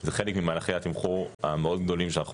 זה חלק ממהלכי התמחור הגדולים מאוד שאנחנו